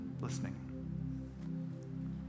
listening